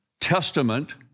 testament